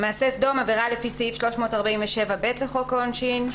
""מעשה סדום" עבירה לפי סעיף 347(ב) לחוק העונשין,